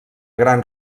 gran